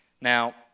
Now